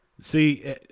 See